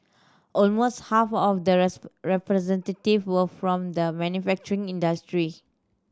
almost half of the representative were from the manufacturing industry